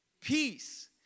peace